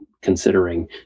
Considering